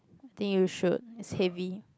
I think you should it's heavy